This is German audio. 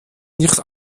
nicht